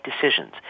decisions